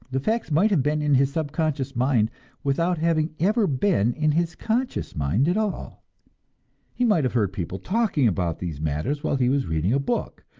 the facts might have been in his subconscious mind without having ever been in his conscious mind at all he might have heard people talking about these matters while he was reading a book,